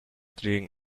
doing